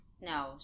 No